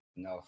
No